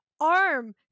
Arm